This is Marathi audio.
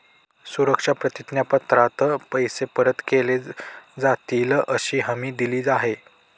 सुरक्षा प्रतिज्ञा पत्रात पैसे परत केले जातीलअशी हमी दिली आहे